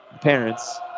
parents